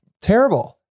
terrible